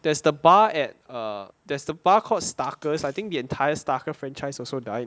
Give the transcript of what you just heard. there's the bar at err there's the bar called Starker is I think the entire Starker franchise also died